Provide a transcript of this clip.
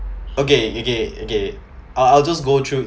okay okay okay I'll I'll just go through